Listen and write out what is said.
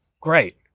great